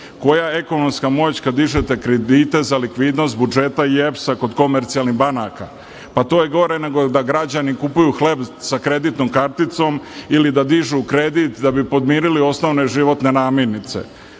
Koja ekonomska moć kada dižete kredite za likvidnost budžeta i EPS-a kod komercijalnih banaka? To je gore nego da građani kupuju hleb sa kreditnom karticom ili da dižu kredit da bi podmirili osnovne životne